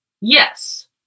Yes